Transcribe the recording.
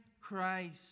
Christ